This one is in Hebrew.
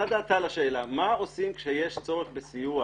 דעתה על השאלה מה עושים כשיש צורך בסיוע